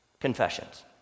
confessions